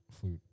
flute